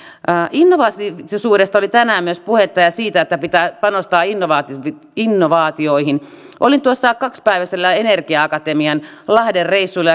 innovatiivisuudesta oli tänään myös puhetta ja siitä että pitää panostaa innovaatioihin olin kaksipäiväisellä energia akatemian lahden reissulla